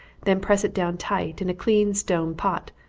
then press it down tight, in a clean stone pot,